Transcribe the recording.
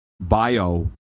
bio